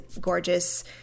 gorgeous